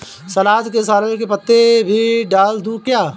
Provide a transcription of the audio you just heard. सलाद में सॉरेल के पत्ते भी डाल दूं क्या?